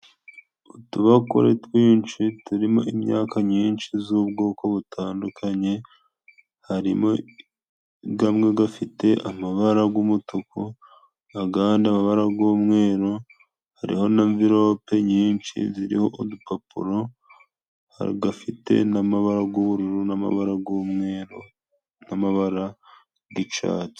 Utubakure twinshi turimo imyaka myinshi z'ubwoko butandukanye, harimo gamwe gafite amabara g' umutuku, agandi amabara gumweru. Hariho na amvirope nyinshi ziriho udupapuro. Agafite n'amabara g'ubururu n'amabara g'umweru n'amabara g'icatsi.